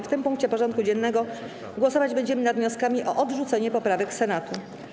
W tym punkcie porządku dziennego głosować będziemy nad wnioskami o odrzucenie poprawek Senatu.